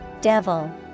Devil